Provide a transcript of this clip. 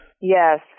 Yes